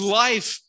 life